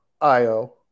Io